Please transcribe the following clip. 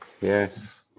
Yes